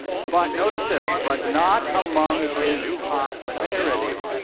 but notice this. but not among his posterity,